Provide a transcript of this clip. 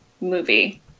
movie